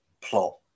plot